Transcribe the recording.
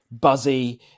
buzzy